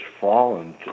fallen